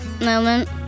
moment